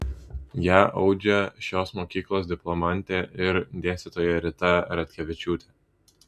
ją audžia šios mokyklos diplomantė ir dėstytoja rita ratkevičiūtė